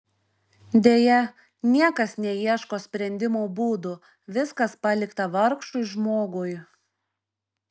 deja niekas neieško sprendimo būdų viskas palikta vargšui žmogui